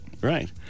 Right